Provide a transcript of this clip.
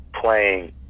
playing